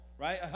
right